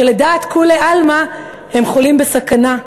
שלדעת כולי עלמא הם חולים בסכנה,